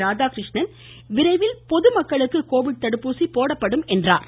ராதாகிருஷ்ணன் விரைவில் பொதுமக்களுக்கு கோவிட் தடுப்பூசி போடப்படும் என்றார்